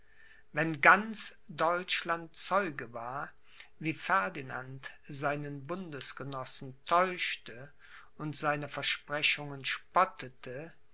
wenn ganz deutschland zeuge war wie ferdinand seinen bundesgenossen täuschte und seiner versprechungen spottete